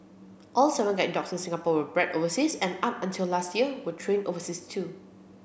all seven guide dogs in Singapore were bred overseas and up until last year were trained overseas too